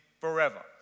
forever